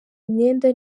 imyenda